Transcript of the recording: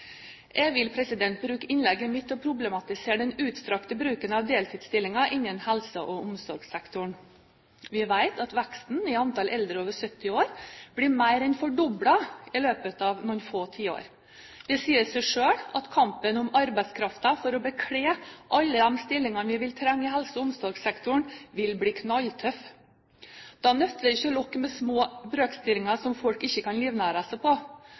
Jeg vil bruke innlegget mitt til å problematisere den utstrakte bruken av deltidsstillinger innen helse- og omsorgssektoren. Vi vet at veksten i antall eldre over 70 år blir mer enn fordoblet i løpet av noen få tiår. Det sier seg selv at kampen om arbeidskraften for å bekle alle de stillingene vi vil trenge i helse- og omsorgssektoren, vil bli knalltøff. Da nytter det ikke å lokke med små brøkstillinger som folk ikke kan livnære seg på.